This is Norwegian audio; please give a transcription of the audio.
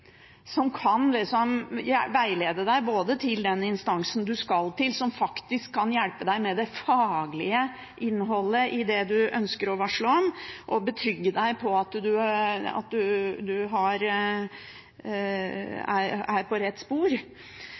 som kan veilede deg til den instansen du skal til, som faktisk kan hjelpe deg med det faglige innholdet i det du ønsker å varsle om, og betrygge deg med at du er på rett spor. Og fordi dette ofte er